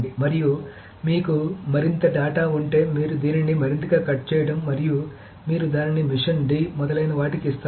మరియు మీకు మరింత డేటా ఉంటే మీరు దానిని మరింతగా కట్ చేయడం మరియు మీరు దానిని మెషిన్ డి మొదలైన వాటికి ఇస్తారు